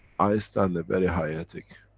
i stand a very high ethic.